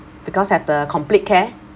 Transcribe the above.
because have the complete care